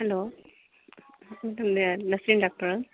hello ಇದು nursing ಡಾಕ್ಟ್ರಾ